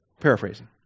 Paraphrasing